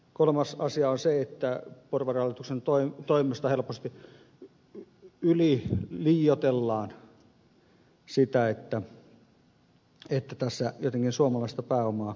kolmas asia on se että porvarihallituksen toimesta helposti yliliioitellaan sitä että tässä jotenkin suomalaista pääomaa valtavasti tuettaisiin